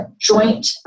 joint